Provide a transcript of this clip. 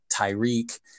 Tyreek